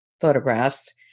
photographs